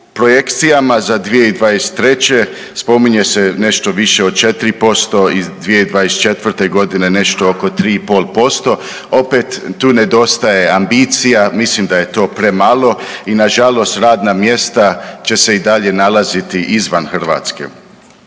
projekcijama za 2023. spominje se nešto više od 4% i 2024.g. nešto oko 3,5% opet tu nedostaje ambicija, mislim da je to premalo i nažalost radna mjesta će se i dalje nalaziti izvan Hrvatske